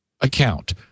account